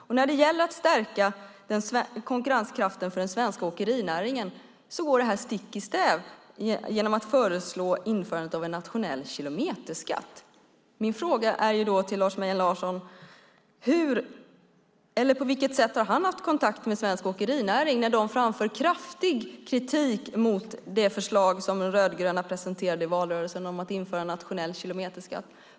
Förslaget om att införa en nationell kilometerskatt går stick i stäv mot att stärka konkurrenskraften för den svenska åkerinäringen. Min fråga till Lars Mejern Larsson är på vilket sätt han har haft kontakt med svensk åkerinäring när den framför kraftig kritik mot det förslag som de rödgröna presenterade i valrörelsen om att införa en nationell kilometerskatt.